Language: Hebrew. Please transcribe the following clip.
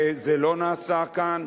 וזה לא נעשה כאן,